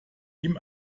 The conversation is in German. ihm